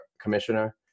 commissioner